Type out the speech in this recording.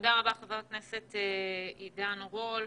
תודה רבה, חבר הכנסת עידן רול.